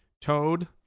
Toad